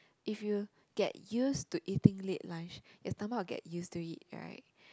if you get used to eating late lunch your stomach will get used to it right